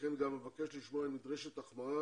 ולכן גם נבקש לשמוע האם נדרשת החמרת